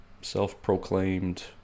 self-proclaimed